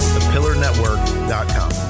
Thepillarnetwork.com